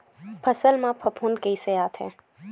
फसल मा फफूंद कइसे आथे?